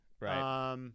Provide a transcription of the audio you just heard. Right